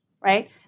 right